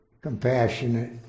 compassionate